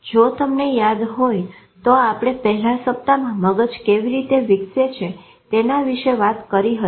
જો તમને યાદ હોય તો આપણે પહેલા સપ્તાહમાં મગજ કેવી રીતે વિકસે છે તેના વિશે વાત કરી હતી